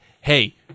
hey